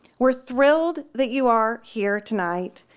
we're thrilled that you are here tonight.